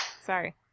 Sorry